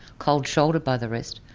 cold-shouldered by the rest.